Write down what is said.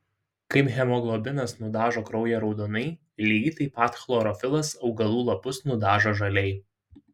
kaip hemoglobinas nudažo kraują raudonai lygiai taip chlorofilas augalų lapus nudažo žaliai